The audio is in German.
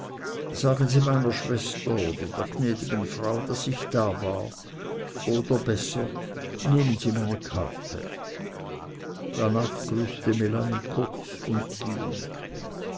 sagen sie meiner schwester oder der gnädigen frau daß ich da war oder besser nehmen sie meine karte danach grüßte melanie kurz und ging